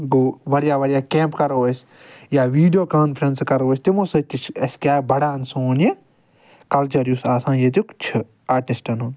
گوو واریاہ واریاہ کٮ۪مپ کرو أسۍ یا ویٖڈٮ۪و کانفرٮ۪نسہٕ کرو أسۍ تِمو سۭتۍ چھِ بڑان سون یہِ کلچر یُس آسان ییٚتیُک چھُ آرٹسٹن ہُنٛد